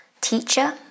teacher